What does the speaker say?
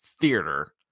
theater